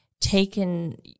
taken